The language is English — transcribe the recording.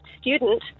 student